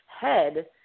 head